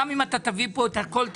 גם אם אתה תביא פה את הכול,